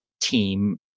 team